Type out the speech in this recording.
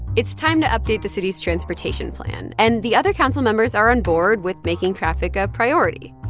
it's time to update the city's transportation plan, and the other council members are on board with making traffic a priority.